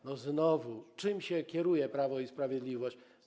I znowu, czym się kieruje Prawo i Sprawiedliwość?